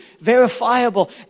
verifiable